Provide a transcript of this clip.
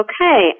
Okay